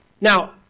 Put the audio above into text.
Now